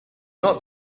not